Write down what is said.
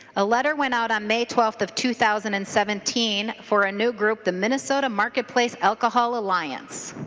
a letter went out on may twelve of two thousand and seventeen for a new group the minnesota marketplace alcohol alliance.